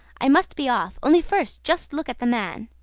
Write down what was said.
i must be off. only first just look at the man.